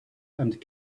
and